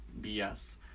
BS